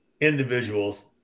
individuals